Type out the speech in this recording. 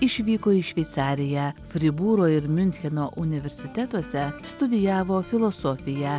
išvyko į šveicariją fribūro ir miuncheno universitetuose studijavo filosofiją